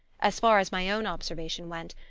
as far as my own observation went,